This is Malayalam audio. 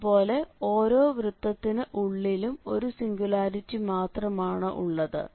അതുപോലെ ഓരോ വൃത്തത്തിനു ഉള്ളിലും ഒരു സിംഗുലാരിറ്റി മാത്രമാണ് ഉള്ളത്